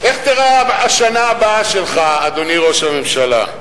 איך תיראה השנה הבאה שלך, אדוני ראש הממשלה?